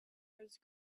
rose